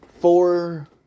four